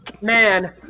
Man